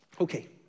Okay